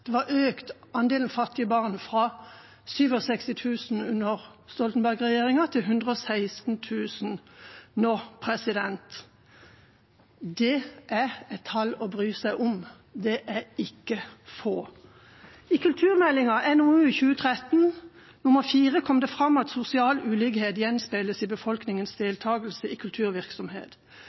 andelen fattige barn var økt fra 67 000 under Stoltenberg-regjeringa til 116 000 nå. Det er et tall å bry seg om. Det er ikke få. I NOU 2013: 4, Kulturutredningen 2014, kom det fram at sosial ulikhet gjenspeiles i befolkningens deltakelse i kulturvirksomhet.